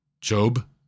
Job